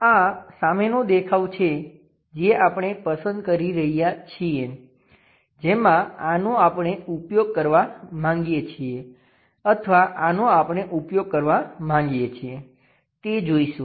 આ સામેનો દેખાવ છે જે આપણે પસંદ કરી રહ્યા છીએ જેમાં આનો આપણે ઉપયોગ કરવા માંગીએ છીએ અથવા આનો આપણે ઉપયોગ કરવા માંગીએ છીએ તે જોઈશું